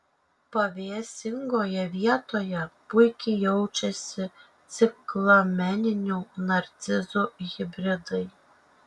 pavėsingoje vietoje puikiai jaučiasi ciklameninių narcizų hibridai